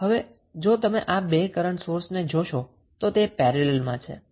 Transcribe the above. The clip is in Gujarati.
હવે જો તમે આ બે કરન્ટ સોર્સ જોશો તો તે પેરેલલમાં છે